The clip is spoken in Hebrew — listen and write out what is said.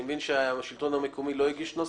אני מבין שהשלטון המקומי לא הגיש נוסח,